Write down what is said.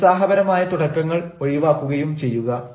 നിരുത്സാഹപരമായ തുടക്കങ്ങൾ ഒഴിവാക്കുകയും ചെയ്യുക